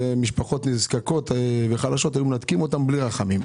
ומשפחות נזקקות וחלשות היו מנתקים אותן בלי רחמים.